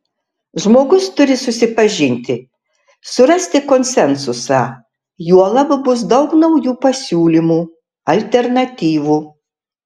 žmogus turi susipažinti surasti konsensusą juolab bus daug naujų pasiūlymų alternatyvų